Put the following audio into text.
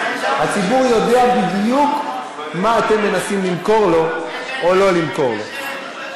הציבור יודע בדיוק מה אתם מנסים למכור לו או לא למכור לו.